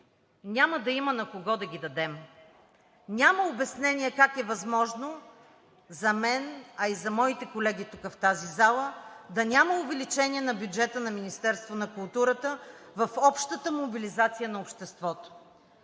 няма да има на кого да ги дадем. Няма обяснение как е възможно – за мен, а и за моите колеги тук в тази зала, да няма увеличение на бюджета на Министерството на културата в общата мобилизация на обществото?